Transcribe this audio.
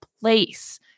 place